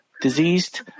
diseased